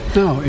no